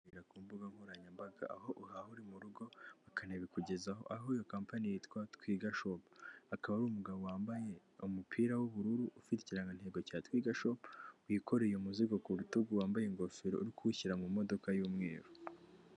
Ku mbuga nkoranyambaga aho uhaha uri mu rugo bakanabikugezaho, aho iyo kompani yitwa twiga shopu, akaba ari umugabo wambaye umupira w'ubururu ufite ikigantego cya twiga shopu, wikoreye umuzigo ku rutugu wambaye ingofero uri kuwushyira mu modoka y'umweru.